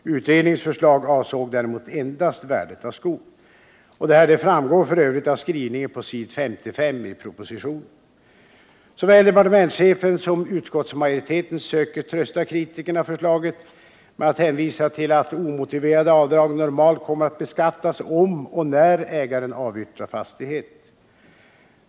Utredningens förslag avsåg däremot endast värdet av skog. Detta framgår f. ö. av skrivningen på s. 55 i propositionen. Såväl departementschefen som utskottsmajoriteten söker trösta kritikerna av förslaget med att hänvisa till att omotiverade avdrag normalt kommer att beskattas om och när ägaren avyttrar sin fastighet.